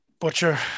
Butcher